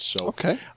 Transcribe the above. Okay